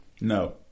No